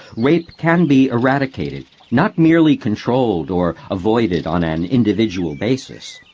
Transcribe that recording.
rape can be eradicated, not merely controlled or avoided on an individual basis,